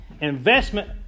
Investment